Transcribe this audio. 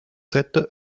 sept